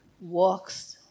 walks